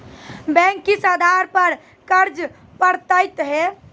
Bank किस आधार पर कर्ज पड़तैत हैं?